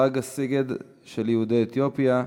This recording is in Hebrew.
חג הסיגד של יהודי אתיופיה,